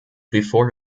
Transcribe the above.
before